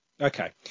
okay